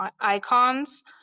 icons